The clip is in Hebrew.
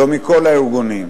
לא מכל הארגונים,